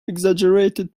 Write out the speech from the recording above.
exaggerated